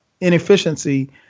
inefficiency